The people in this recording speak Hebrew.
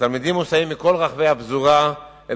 והתלמידים מוסעים מכל רחבי הפזורה אל